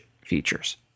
features